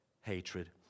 hatred